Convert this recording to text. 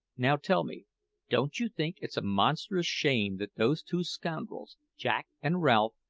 now tell me don't you think it's a monstrous shame that those two scoundrels, jack and ralph,